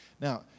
now